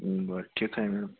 बरं ठीक आहे मॅम